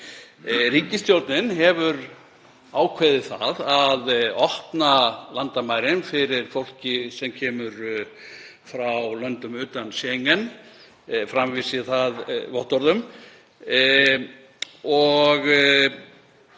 Ríkisstjórnin hefur ákveðið að opna landamærin fyrir fólki sem kemur frá löndum utan Schengen framvísi það vottorðum.